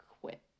quit